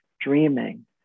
dreaming